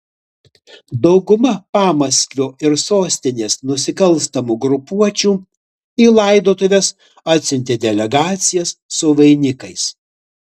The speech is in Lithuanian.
dauguma pamaskvio ir sostinės nusikalstamų grupuočių į laidotuves atsiuntė delegacijas su vainikais